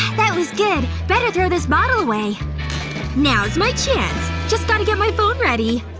that was good. better throw this bottle away now's my chance. just gotta get my phone ready